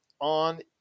on